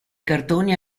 cartoni